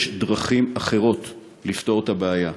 יש דרכים אחרות לפתור את הבעיה,